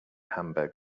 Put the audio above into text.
hamburg